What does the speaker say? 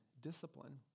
discipline